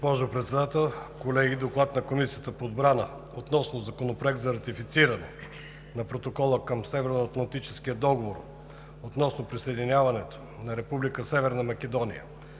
Госпожо Председател, колеги! „ДОКЛАД на Комисия по отбрана относно Законопроект за ратифициране на Протокола към Северноатлантическия договор относно присъединяването на Република